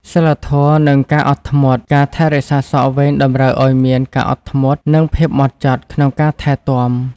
សីលធម៌ និងការអត់ធ្មត់ ការថែរក្សាសក់វែងតម្រូវឱ្យមាន ការអត់ធ្មត់ និងភាពម៉ត់ចត់ ក្នុងការថែទាំ។